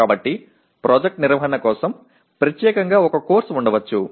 కాబట్టి ప్రాజెక్ట్ నిర్వహణ కోసం ప్రత్యేకంగా ఒక కోర్సు ఉండవచ్చు